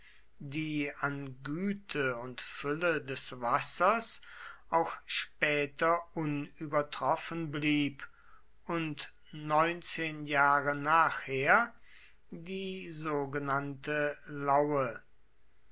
die an güte und fülle des wassers auch später unübertroffen blieb und neunzehn jahre nachher die sogenannte laue